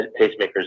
pacemakers